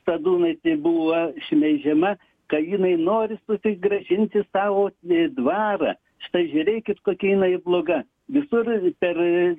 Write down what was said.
sadūnaitė buvo šmeižiama tai jinai nori susigrąžinti savo dvarą štai žiūrėkit kokia jinai bloga visur per